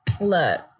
look